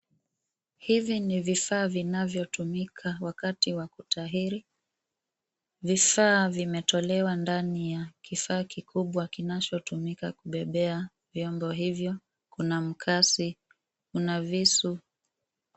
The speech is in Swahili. Hivi ni vifaa vinavyotumika wakati wa kutahiri. Vifaa vimetolewa ndani ya kifaa kikubwa kinachotumika kubebea vyombo hivyo. Kuna mkasi, kuna visu.